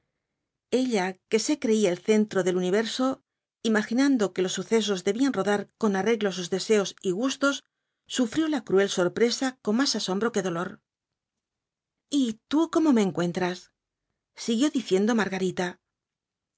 ella que se creía el centro del universo imaginando que los sucesos debían rodar con arreglo á sus deseos y gustos sufrió la cruel sorpresa con más asombro que dolor y tú cómo me encuentras siguió diciendo margarita